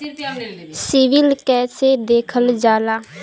CIBIL कैसे देखल जाला?